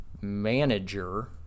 manager